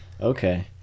Okay